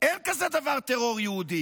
אין דבר כזה טרור יהודי.